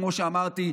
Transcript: כמו שאמרתי,